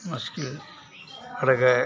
उसकी पर गए